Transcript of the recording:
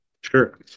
Sure